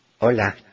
Hola